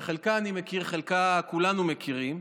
שאת חלקה אני מכיר, את חלקה כולנו מכירים,